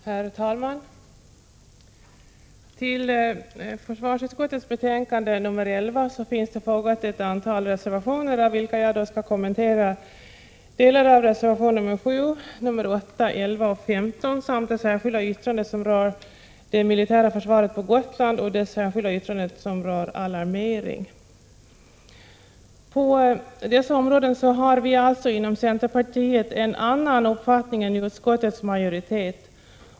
Herr talman! Till försvarsutskottets betänkande nr 11 är fogat ett antal reservationer. Jag skall kommentera delar av reservationerna nr 7, 8, 11 och 15 samt det särskilda yttrande som berör det militära försvaret på Gotland och det särskilda yttrande som rör alarmering. På dessa områden har vi inom centerpartiet en annan uppfattning än utskottets majoritet.